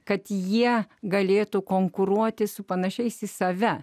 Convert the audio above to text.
kad jie galėtų konkuruoti su panašiais į save